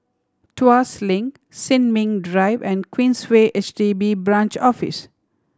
Tuas Link Sin Ming Drive and Queensway H D B Branch Office